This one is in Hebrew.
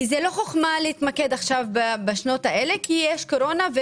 כי זאת לא חוכמה להתמקד עכשיו בשנים האלה כי יש קורונה,